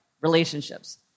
relationships